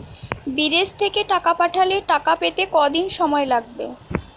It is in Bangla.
বিদেশ থেকে টাকা পাঠালে টাকা পেতে কদিন সময় লাগবে?